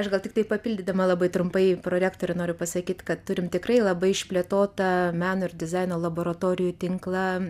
aš gal tiktai papildydama labai trumpai prorektorę ir noriu pasakyt kad turim tikrai labai išplėtotą meno ir dizaino laboratorijų tinklą